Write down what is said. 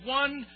one